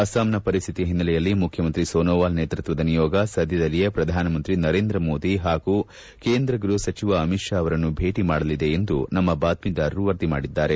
ಅಸ್ಲಾಂನ ಪರಿಸ್ವಿತಿಯ ಹಿನ್ನೆಲೆಯಲ್ಲಿ ಮುಖ್ಯಮಂತ್ರಿ ಸೋನೋವಾಲ್ ನೇತೃತ್ವದ ನಿಯೋಗ ಸದ್ದದಲ್ಲಿಯೇ ಪ್ರಧಾನ ಮಂತ್ರಿ ನರೇಂದ್ರ ಮೋದಿ ಹಾಗೂ ಕೇಂದ್ರ ಗೃಹ ಸಚಿವ ಅಮಿತ್ ಶಾ ಅವರನ್ನು ಭೇಟ ಮಾಡಲಿದೆ ಎಂದು ನಮ್ಮ ಬಾತ್ತೀದಾರರು ವರದಿ ಮಾಡಿದ್ದಾರೆ